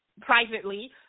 privately